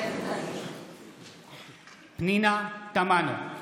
מתחייבת אני פנינה תמנו,